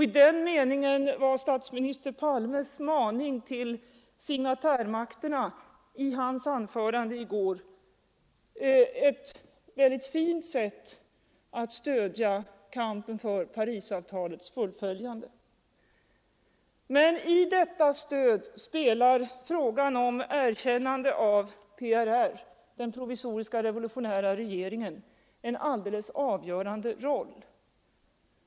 I den meningen var statsminister Palmes maning till signatärmakterna i hans anförande i går ett fint sätt att stödja kampen för Parisavtalets fullföljande. Men i detta stöd spelar frågan om erkännande av PRR — den provisoriska revolutionära regeringen — en alldeles avgörande roll.